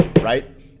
Right